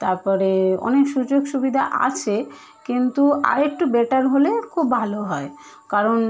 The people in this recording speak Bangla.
তারপরে অনেক সুযোগ সুবিধা আছে কিন্তু আর একটু বেটার হলে খুব ভালো হয় কারণ